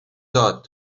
داد